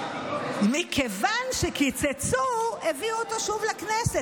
ומכיוון שקיצצו הביאו אותו שוב לכנסת.